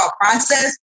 process